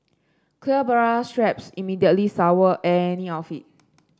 clear bra straps immediately sour any outfit